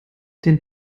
den